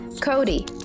Cody